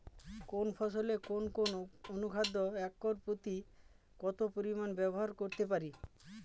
কোন ফসলে কোন কোন অনুখাদ্য একর প্রতি কত পরিমান ব্যবহার করতে পারি?